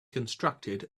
constructed